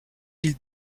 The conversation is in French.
île